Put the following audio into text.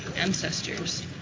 ancestors